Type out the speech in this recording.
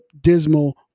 dismal